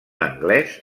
anglès